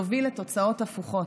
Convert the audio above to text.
יוביל לתוצאות הפוכות.